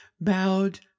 bowed